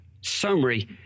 summary